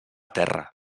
terra